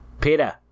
Peter